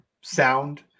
sound